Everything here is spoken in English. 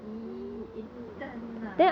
!ee! intern ah